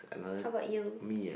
how about you